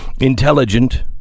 Intelligent